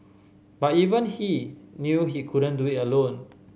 but even he knew he couldn't do it alone